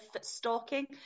stalking